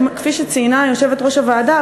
כפי שציינה יושבת-ראש הוועדה,